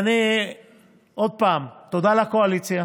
עוד פעם, תודה לקואליציה